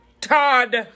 Todd